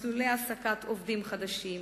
מסלולי העסקת עובדים חדשים,